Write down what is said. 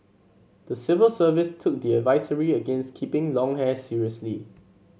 the civil service took the advisory against keeping long hair seriously